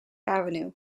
avenue